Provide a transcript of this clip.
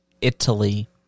Italy